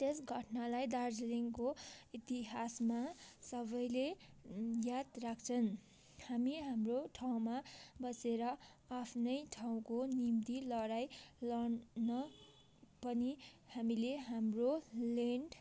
त्यस घटनालाई दार्जिलिङको इतिहासमा सबैले याद राख्छन् हामी हाम्रो ठाउँमा बसेर आफ्नै ठाउँको निम्ति लडाइँ लड्नु पनि हामीले हाम्रो ल्यान्ड